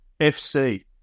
FC